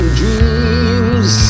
dreams